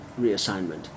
reassignment